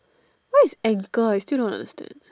what is anchor I still don't understand